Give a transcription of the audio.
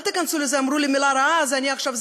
אל תיכנסו ל-אמרו לי מילה רעה אז אני עכשיו,